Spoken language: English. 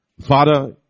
Father